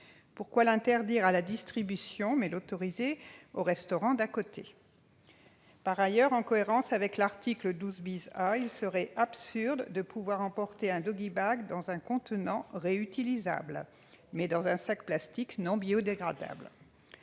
Pourquoi l'interdire à la distribution, mais l'autoriser au restaurant d'à côté ? Par ailleurs, en cohérence avec l'article 12 A, il serait absurde de pouvoir emporter des aliments non consommés sur place dans un contenant réutilisable, lui-même emballé dans un sac plastique non biodégradable